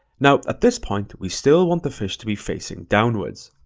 now at this point, we still want the fish to be facing downwards.